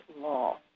law